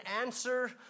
answer